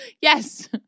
Yes